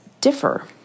differ